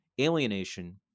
alienation